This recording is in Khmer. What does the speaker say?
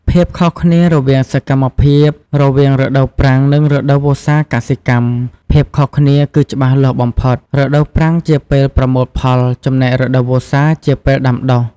ភាពខុសគ្នារវាងសកម្មភាពរវាងរដូវប្រាំង និងរដូវវស្សាកសិកម្ម ភាពខុសគ្នាគឺច្បាស់លាស់បំផុត។ រដូវប្រាំងជាពេល ប្រមូលផល ចំណែករដូវវស្សាជាពេល ដាំដុះ។